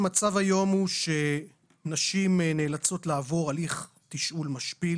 המצב היום הוא שנשים נאלצות לעבור הליך תשאול משפיל